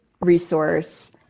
resource